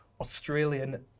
Australian